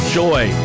joy